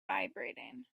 vibrating